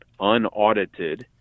unaudited